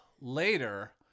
later